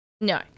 No